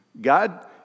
God